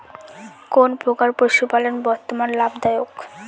কোন প্রকার পশুপালন বর্তমান লাভ দায়ক?